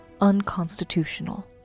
unconstitutional